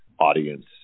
audience